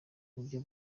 buryo